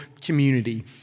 community